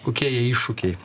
kokie jai iššūkiai